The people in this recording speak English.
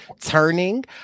turning